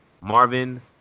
Marvin